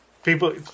People